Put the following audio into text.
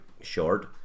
Short